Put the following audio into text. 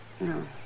No